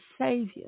Savior